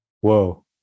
whoa